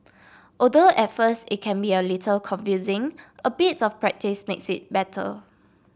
although at first it can be a little confusing a bit of practice makes it better